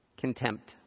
Contempt